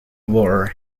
war